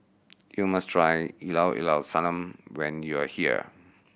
you must try Llao Llao Sanum when you are here